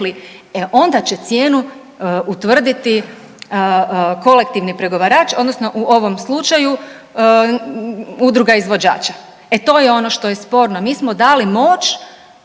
onda će cijenu utvrditi kolektivni pregovarač odnosno u ovom slučaju, udruga izvođača. E, to je ono što je sporno. Mi smo dali moć,